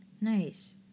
Nice